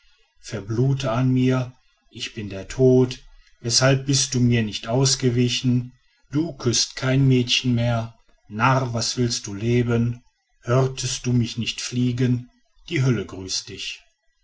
verblute an mir ich bin der tod weshalb bist du mir nicht ausgewichen du küßt kein mädchen mehr narr was willst du leben hörtest du mich nicht fliegen die hölle grüßt dich